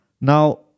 Now